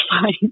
fine